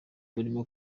barimo